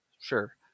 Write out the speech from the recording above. sure